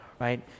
right